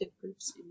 groups